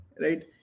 right